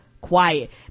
Quiet